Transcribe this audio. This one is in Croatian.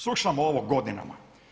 Slušam ovo godinama.